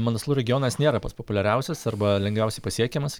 manaslu regionas nėra pats populiariausias arba lengviausiai pasiekiamas